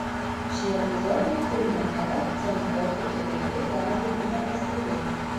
šie epizodai filme nėra akcentuoti ir vaikai gali jų nepastebėti